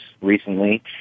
recently